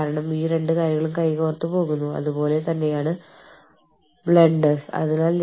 കാരണം പല രാജ്യങ്ങൾക്കും അവരുടേതായ തിരിച്ചറിയൽ നമ്പറുകളുണ്ട്